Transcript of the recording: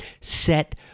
set